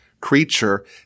creature